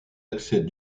accès